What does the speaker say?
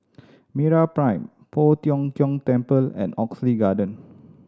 MeraPrime Poh Tiong Kiong Temple and Oxley Garden